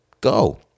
go